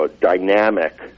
dynamic